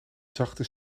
zachte